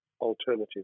alternative